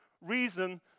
reason